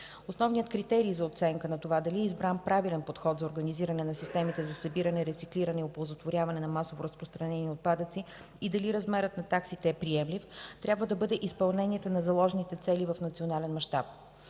Основният критерий за оценка на това дали е избран правилен подход за организиране на системите за събиране, рециклиране и оползотворяване на масово разпространени отпадъци и дали размерът на таксите е приемлив, трябва да бъде изпълнението на заложените цели в национален мащаб.